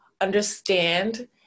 understand